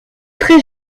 très